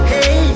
Hey